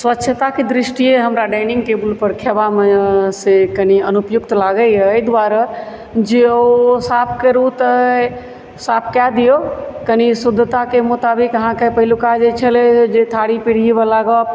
स्वच्छताके दृष्टिए हमरा डाइनिङ्ग टेबुल पर खेबामे से कनि अनुपयुक्त लागैया एहि दुआरे जे ओ साफ करूँ तऽ साफ कए दियौ कनि शुद्धताके मुताबिक अहाँकेँ पहिलुका जे छै छलै थारी पीढ़ी वला गप